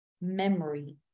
memory